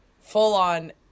full-on